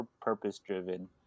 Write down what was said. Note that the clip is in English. purpose-driven